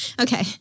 Okay